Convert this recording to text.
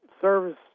service